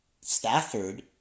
Stafford